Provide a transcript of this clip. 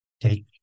take